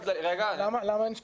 למה אין שקיפות?